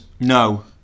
No